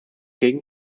gegen